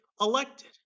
elected